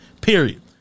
period